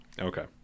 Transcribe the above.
Okay